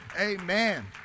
Amen